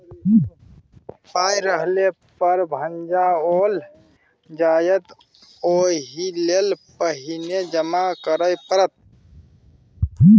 पाय रहले पर न भंजाओल जाएत ओहिलेल पहिने जमा करय पड़त